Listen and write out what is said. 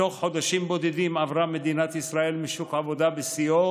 בתוך חודשים בודדים עברה מדינת ישראל משוק עבודה בשיאו